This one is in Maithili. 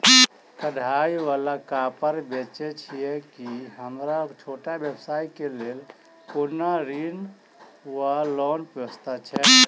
कढ़ाई वला कापड़ बेचै छीयै की हमरा छोट व्यवसाय केँ लेल कोनो ऋण वा लोन व्यवस्था छै?